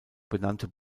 benannte